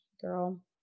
girl